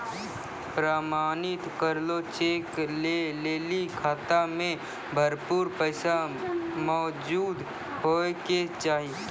प्रमाणित करलो चेक लै लेली खाता मे भरपूर पैसा मौजूद होय के चाहि